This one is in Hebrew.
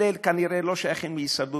אלה כנראה לא שייכים להישרדות.